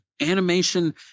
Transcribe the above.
animation